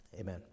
Amen